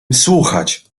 słuchać